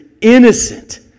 innocent